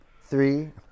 three